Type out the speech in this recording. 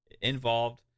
involved